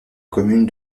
commune